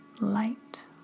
light